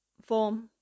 form